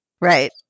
Right